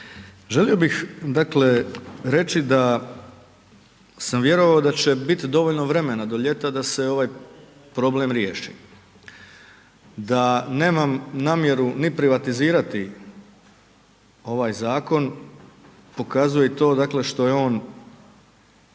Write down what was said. Želio bih dakle reći da sam vjerovao da će biti dovoljno vremena do ljeta da se ovaj problem riješi, da nemam namjeru ni privatizirati ovaj zakon pokazuje i to dakle što je on